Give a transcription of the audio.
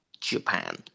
Japan